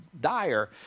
dire